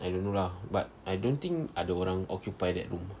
I don't know lah but I don't think ada orang occupy that room